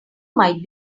might